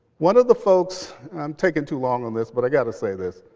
one of the folks i'm taking too long on this but i've got to say this.